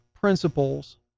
principles